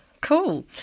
Cool